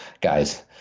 guys